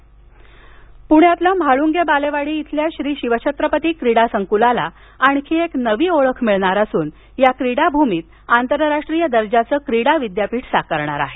क्रीडा विद्यापीठ पुण्यातलं म्हाळूंगे बालेवाडी इथल्या श्री शिवछत्रपती क्रीडासंकुलाला आणखी एक नवी ओळख मिळणार असुन या क्रीडाभूमीत आंतरराष्ट्रीय दर्जाचं क्रीडा विद्यापीठ साकारणार आहे